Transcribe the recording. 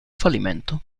fallimento